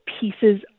pieces